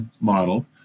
model